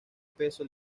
peso